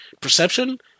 perception